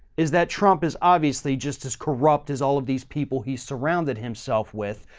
is that trump is obviously just as corrupt as all of these people he's surrounded himself with,